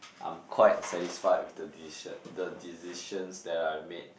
I'm quite satisfied with the decision the decisions that I made